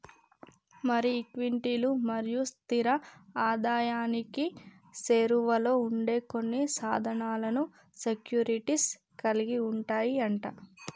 మరి ఈక్విటీలు మరియు స్థిర ఆదాయానికి సేరువలో ఉండే కొన్ని సాధనాలను సెక్యూరిటీస్ కలిగి ఉంటాయి అంట